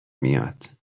میاد